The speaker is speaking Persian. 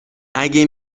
اگه